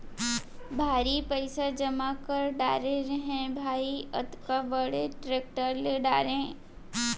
भारी पइसा जमा कर डारे रहें भाई, अतका बड़े टेक्टर ले डारे